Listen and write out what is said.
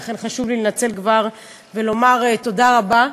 לכן חשוב לי לנצל וכבר לומר תודה רבה.